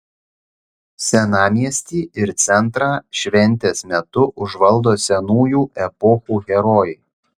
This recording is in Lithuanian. senamiestį ir centrą šventės metu užvaldo senųjų epochų herojai